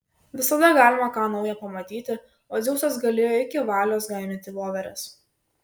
visada galima ką nauja pamatyti o dzeusas galėjo iki valios gainioti voveres